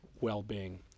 well-being